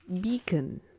beacon